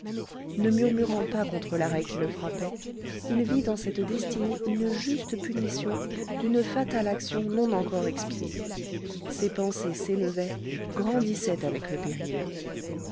ne murmurant pas contre l'arrêt qui le frappait il vit dans cette destinée une juste punition d'une fatale action non encore expiée ses pensées s'élevaient grandissaient avec le péril